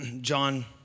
John